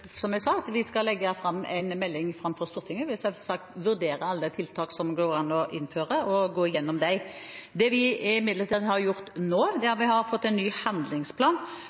vi skal legge fram en melding for Stortinget. Vi vil selvsagt vurdere alle de tiltak som det går an å innføre, og gå igjennom dem. Det vi imidlertid har gjort nå, er at vi har fått en ny handlingsplan